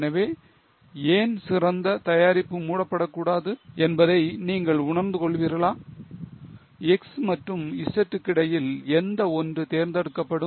எனவே ஏன் சிறந்த தயாரிப்பு மூட படக்கூடாது என்பதை நீங்கள் உணர்ந்து கொள்வீர்களா X மற்றும் Z க்கிடையில் எந்த ஒன்று தேர்ந்தெடுக்கப்படும்